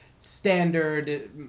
standard